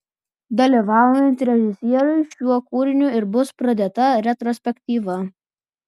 dalyvaujant režisieriui šiuo kūriniu ir bus pradėta retrospektyva